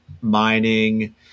mining